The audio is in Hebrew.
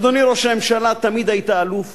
אדוני ראש הממשלה, תמיד היית אלוף